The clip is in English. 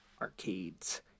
Arcades